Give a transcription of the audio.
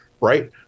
right